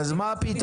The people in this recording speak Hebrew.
אז מה הפתרון?